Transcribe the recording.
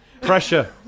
Pressure